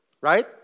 right